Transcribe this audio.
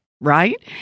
right